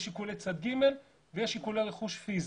יש שיקולי צד ג' ויש שיקולי רכוש פיזי.